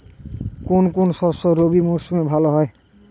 কোন কোন শস্য রবি মরশুমে ভালো হয়?